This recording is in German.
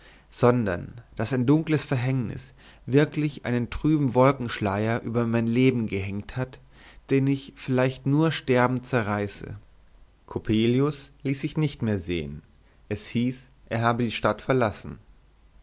sondern daß ein dunkles verhängnis wirklich einen trüben wolkenschleier über mein leben gehängt hat den ich vielleicht nur sterbend zerreiße coppelius ließ sich nicht mehr sehen es hieß er habe die stadt verlassen